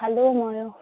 খালো ময়ো